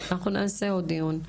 אנחנו נעשה עוד דיון.